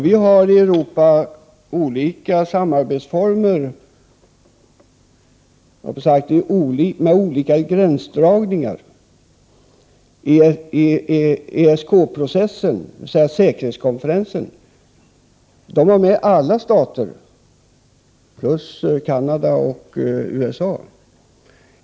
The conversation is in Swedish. Vi har i Europa olika samarbetsformer med olika gränsdragningar. I ESK-processen, dvs. säkerhetskonferensen, var alla stater i den europeiska med plus Canada och USA.